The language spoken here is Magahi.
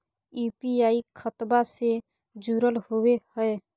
यू.पी.आई खतबा से जुरल होवे हय?